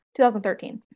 2013